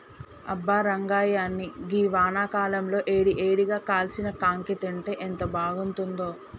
అబ్బా రంగాయ్య గీ వానాకాలంలో ఏడి ఏడిగా కాల్చిన కాంకి తింటే ఎంత బాగుంతుందో